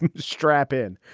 strap in.